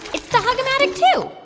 it's the hug-o-matic two.